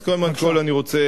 אז קודם כול אני רוצה,